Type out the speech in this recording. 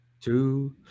Two